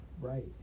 right